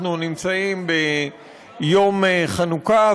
אנחנו נמצאים ביום חנוכה,